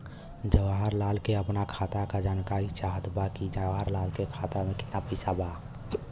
जवाहिर लाल के अपना खाता का जानकारी चाहत बा की जवाहिर लाल के खाता में कितना पैसा बा?